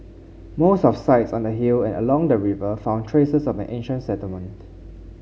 most of sites on the hill and along the river found traces of an ancient settlement